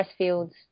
pressfield's